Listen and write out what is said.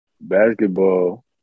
basketball